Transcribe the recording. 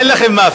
אין לכם מאפיה.